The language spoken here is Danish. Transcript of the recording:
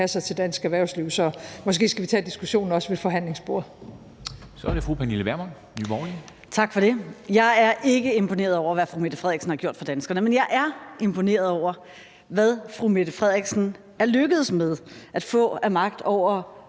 (Henrik Dam Kristensen): Så er det fru Pernille Vermund, Nye Borgerlige. Kl. 13:20 Pernille Vermund (NB): Tak for det. Jeg er ikke imponeret over, hvad fru Mette Frederiksen har gjort for danskerne, men jeg er imponeret over, hvad fru Mette Frederiksen er lykkedes med at få af magt over